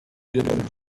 didn’t